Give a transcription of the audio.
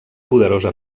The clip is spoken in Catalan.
poderosa